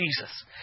Jesus